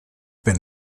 been